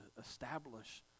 establish